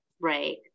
Right